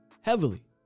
Heavily